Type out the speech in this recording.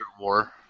War